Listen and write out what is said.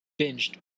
binged